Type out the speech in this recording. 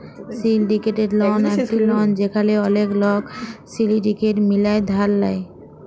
syndicated loan একট loan যেখালে ওলেক লক সিলডিকেট মিলায় ধার লেয়